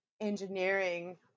engineering